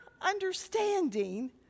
understanding